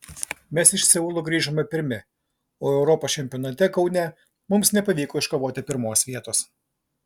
mes iš seulo grįžome pirmi o europos čempionate kaune mums nepavyko iškovoti pirmos vietos